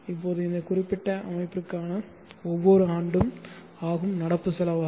இப்போது இந்த குறிப்பிட்ட அமைப்பிற்கான ஒவ்வொரு ஆண்டும் ஆகும் நடப்பு செலவாகும்